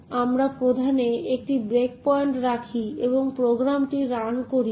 যেখানে আপনি একটি বন্ধু বা একটি নির্দিষ্ট বস্তুকে অধিকার R প্রদান করতে পারেন